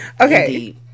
Okay